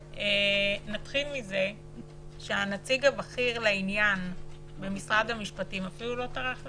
נתחיל מזה שהנציג הבכיר לעניין במשרד המשפטים אפילו לא טרח להגיע.